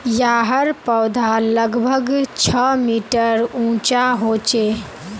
याहर पौधा लगभग छः मीटर उंचा होचे